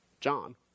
John